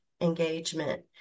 engagement